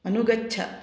अनुगच्छ